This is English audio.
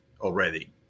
already